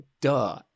duh